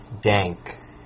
dank